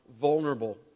vulnerable